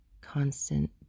constant